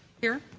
here.